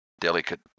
delicate